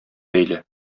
бәйле